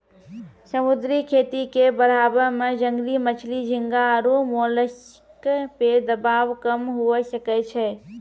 समुद्री खेती के बढ़ाबै से जंगली मछली, झींगा आरु मोलस्क पे दबाब कम हुये सकै छै